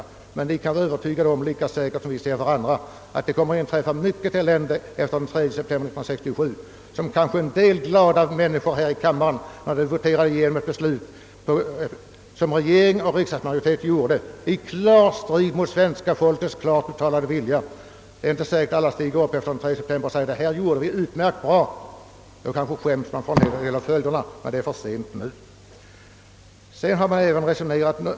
Vi kan emellertid vara övertygade om att det kommer att bli stora besvärligheter efter den 3 september i år — något som en del glada människor här i kammaren inte tänkte på när riksdagsmajoriteten i klar strid mot svenska folkets klart uttalade vilja voterade igenom högertrafikförslaget. Det är inte säkert att alla stiger upp efter den 3 september och säger, att detta gjorde vi utomordentligt bra; kanske kommer man i stället att skämmas för följderna. Men det är för sent att ändra på den saken nu.